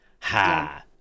ha